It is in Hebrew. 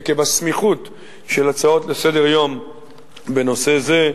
עקב הסמיכות של הצעות לסדר-היום בנושא זה,